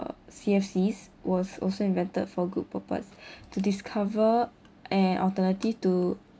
C_F_Cs was also invented for a good purpose to discover an alternative to